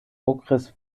okres